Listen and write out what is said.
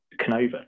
Canova